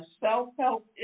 self-help